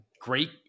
great